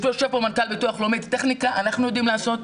יושב פה מנכ"ל ביטוח לאומי את הטכניקה אנחנו יודעים לעשות,